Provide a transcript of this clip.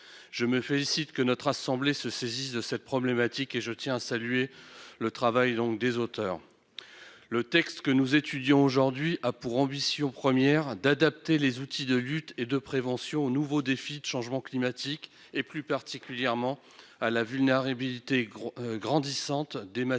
je me félicite que notre assemblée se saisisse de cette problématique. À cet égard, je tiens à saluer le travail des auteurs de ce texte. Le texte que nous étudions aujourd'hui a pour ambition première d'adapter les outils de lutte et de prévention aux nouveaux défis du changement climatique et, plus particulièrement, à la vulnérabilité grandissante des massifs